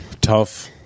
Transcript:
tough